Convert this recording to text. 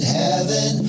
heaven